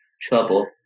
trouble